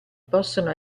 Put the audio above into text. possono